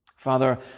Father